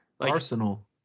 Arsenal